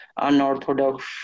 unorthodox